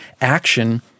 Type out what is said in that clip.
action